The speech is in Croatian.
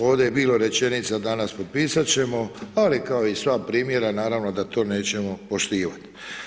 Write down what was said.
Ovdje je bilo rečenica danas, potpisat ćemo, ali kao i sva primjera, naravno, da to nećemo poštovati.